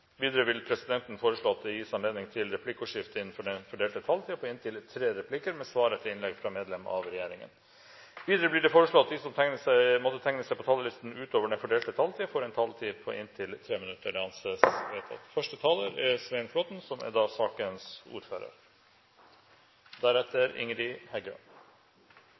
Videre vil presidenten foreslå at det gis anledning til replikkordskifte på inntil tre replikker med svar etter innlegg fra medlem av regjeringen innenfor den fordelte taletid. Videre blir det foreslått at de som måtte tegne seg på talerlisten utover den fordelte taletid, får en taletid på inntil 3 minutter. – Det anses vedtatt. Som